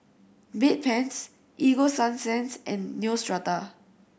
Bedpans Ego Sunsense and Neostrata